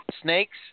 snakes